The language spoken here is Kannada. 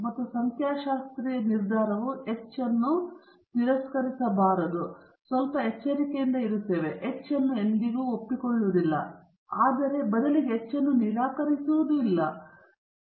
ಮತ್ತು ಸಂಖ್ಯಾಶಾಸ್ತ್ರೀಯ ನಿರ್ಧಾರವು H ಅನ್ನು ತಿರಸ್ಕರಿಸಬಾರದು ನಾವು ಸ್ವಲ್ಪ ಎಚ್ಚರಿಕೆಯಿಂದ ಇರುತ್ತೇವೆ ನಾವು H ಅನ್ನು ಎಂದಿಗೂ ಒಪ್ಪಿಕೊಳ್ಳುವುದಿಲ್ಲ ಬದಲಿಗೆ H ಅನ್ನು ನಿರಾಕರಿಸುವುದಿಲ್ಲ ಎಂದು ನಾವು ಹೇಳುತ್ತೇವೆ